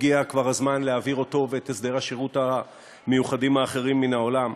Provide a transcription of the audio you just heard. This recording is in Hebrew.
הגיע כבר הזמן להעביר אותו ואת הסדרי השירות המיוחדים האחרים מן העולם,